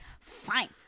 Fine